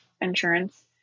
insurance